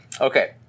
Okay